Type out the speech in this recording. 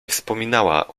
wspominała